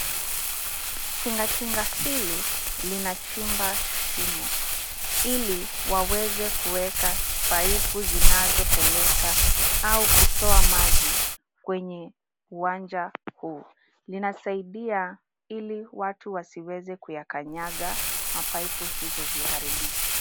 Tingatinga hili linachimba shimo ili waweze kuweka paipu zinazopeleka au kutoa maji kwenye uwanja huu. Linasaidia ili watu wasiweze kuyakanyaga mapaipu hizo ziharibike.